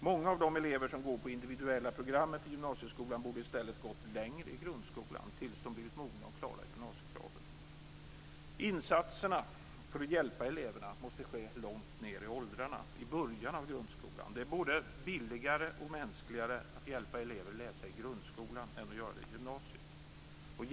Många av de elever som går på individuella programmet i gymnasieskolan borde i stället gått längre i grundskolan tills de blivit mogna att klara gymnasiekraven. Insatserna för att hjälpa eleverna måste ske långt ned i åldrarna i början av grundskolan. Det är både billigare och mänskligare att hjälpa elever att läsa i grundskolan än att göra det i gymnasiet.